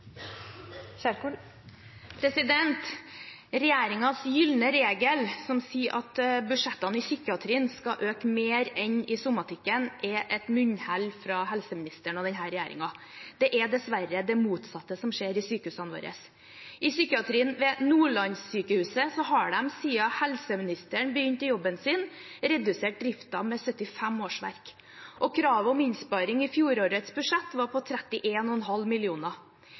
regel», som sier at budsjettene i psykiatrien skal øke mer enn i somatikken, er et munnhell fra helseministeren og denne regjeringen. Det er dessverre det motsatte som skjer i sykehusene våre. I psykiatrien ved Nordlandssykehuset har de siden helseministeren begynte i jobben sin, redusert driften med 75 årsverk. Kravet om innsparing i fjorårets budsjett var på 31,5 mill. kr. «Det synes som en